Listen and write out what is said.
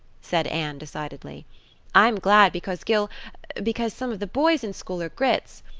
said anne decidedly i'm glad because gil because some of the boys in school are grits.